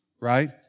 right